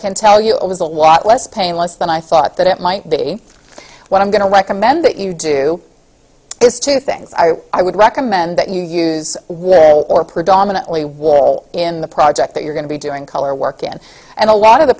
can tell you it was a lot less painless than i thought that it might be what i'm going to recommend that you do is two things i i would recommend that you use one or predominantly wall in the project that you're going to be doing color work in and a lot of the